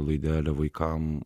laidelę vaikam